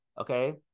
Okay